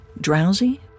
Drowsy